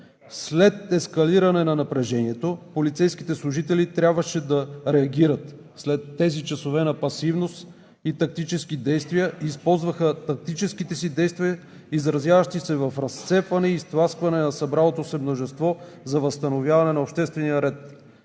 След ескалиране на напрежението полицейските служители трябваше да реагират. След тези часове на пасивност и тактически действия използваха тактическите си действия, изразяващи се в разцепване и изтласкване на събралото се множество за възстановяване на обществения ред.